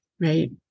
right